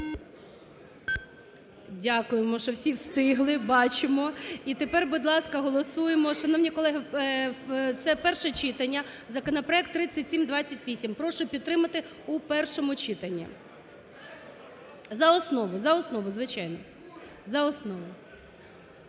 Дякуємо, що всі встигли, бачимо. І тепер, будь ласка, голосуємо, шановні колеги, це перше читання, законопроект 3728. Прошу підтримати в першому читанні. За основу, за основу, звичайно, за основу.